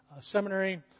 Seminary